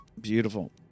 Beautiful